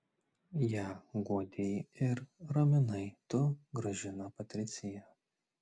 ją guodei ir raminai tu gražina patricija